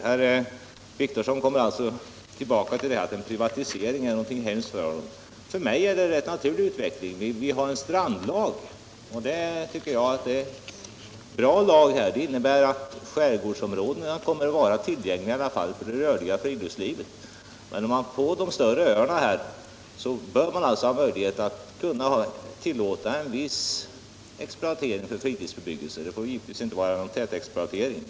Herr Wictorsson kommer tillbaka till att privatisering är något hemskt. För mig är det en naturlig utveckling. Vi har en strandlag, och det tycker jag är en bra lag. Skärgårdsområdena kommer att vara tillgängliga för det rörliga friluftslivet. Men på de större öarna bör man ha möjlighet att tillåta en viss exploatering för fritidsbebyggelse. Den får givetvis inte vara en tät exploatering.